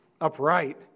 upright